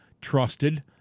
trusted